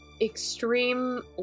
extreme